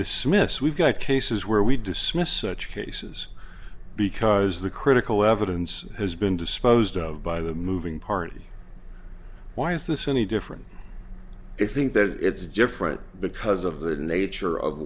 dismiss we've got cases where we dismiss such cases because the critical evidence has been disposed of by the moving party why is this any different if think that it's different because of the nature of